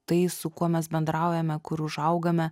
tai su kuo mes bendraujame kur užaugame